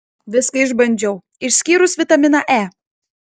viską išbandžiau išskyrus vitaminą e